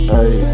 Hey